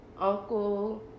uncle